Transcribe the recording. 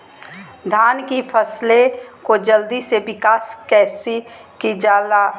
धान की फसलें को जल्दी से विकास कैसी कि जाला?